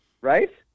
Right